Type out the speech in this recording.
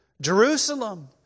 Jerusalem